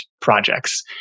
projects